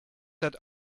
that